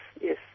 yes